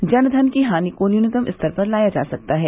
इससे जन धन की हानि को न्यूनतम स्तर पर लाया जा सकता है